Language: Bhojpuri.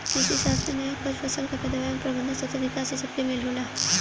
कृषिशास्त्र में नया खोज, फसल कअ पैदावार एवं प्रबंधन, सतत विकास इ सबके मेल होला